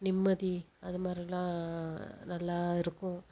நிம்மதி அது மாதிரிலாம் நல்லா இருக்கும்